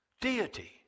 deity